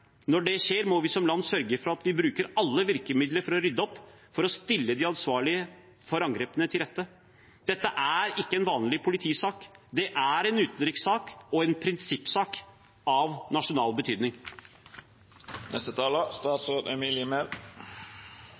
Når det skjer, må vi som land sørge for at vi bruker alle virkemidler for å rydde opp, for å stille de ansvarlige for angrepene til rette. Dette er ikke en vanlig politisak. Det er en utenrikssak og en prinsippsak av nasjonal